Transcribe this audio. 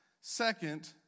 Second